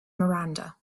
miranda